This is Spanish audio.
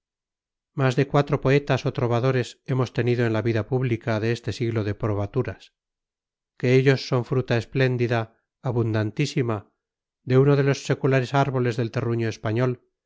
más de cuatro poetas o trovadores hemos tenido en la vida pública de este siglo de probaturas que ellos son fruta espléndida abundantísima de uno de los seculares árboles del terruño español